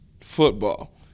football